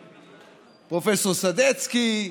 פרופ' סדצקי,